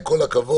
עם כל הכבוד,